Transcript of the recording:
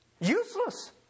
useless